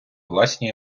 власні